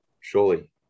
surely